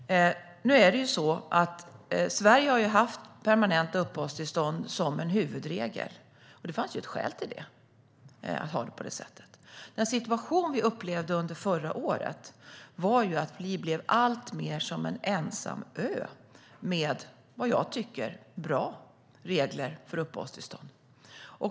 Nu är det så att Sverige har haft permanenta uppehållstillstånd som en huvudregel, och det fanns ett skäl till att ha det på det sättet. Den situation vi upplevde under förra året var dock att vi blev alltmer som en ensam ö med, vad jag tycker, bra regler för uppehållstillstånd.